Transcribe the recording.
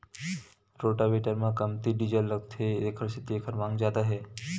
rotavator म कमती diesel लागथे तेखर सेती एखर मांग जादा हे